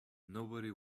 nobody